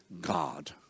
God